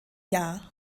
jahr